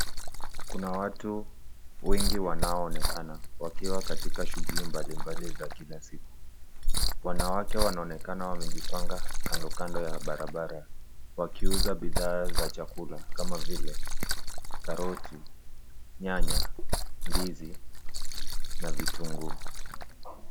Kuna watu wengi wanaoonekana wakiwa katika shughuli mbalimbali za kila siku. Wanawake wanaonekana wamejipanga kando kando ya barabara wakiuza bidhaa za chakula kama vile karoti, nyanya, ndizi na vitunguu.